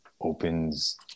opens